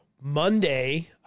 Monday